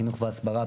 חינוך והסברה,